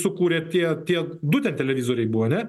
sukūrė tie tie du ten televizoriai buvo ane